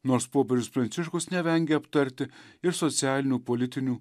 nors popiežius pranciškus nevengia aptarti ir socialinių politinių